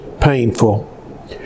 painful